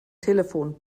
telefon